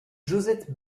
josette